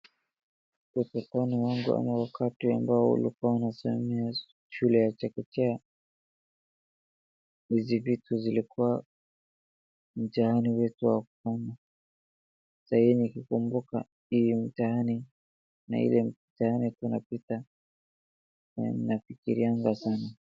Utotoni wangu ama wakati ambao ulikuwa unasomea shule ya chekechea, hizi vitu zilikuwa mtihani wetu wa kufanya. Sahii nikikumbuka hii mtihani na ile mtihani unakuta nafikirianga sana.